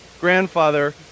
grandfather